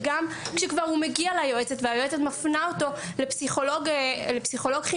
וגם כשכבר הוא מגיע ליועצת והיועצת מפנה אותו לפסיכולוג חינוכי,